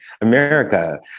America